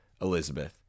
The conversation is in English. Elizabeth